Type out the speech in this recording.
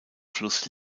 fluss